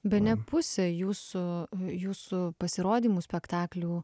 bene pusė jūsų jūsų pasirodymų spektaklių